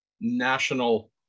national